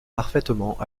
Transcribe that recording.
parfaitement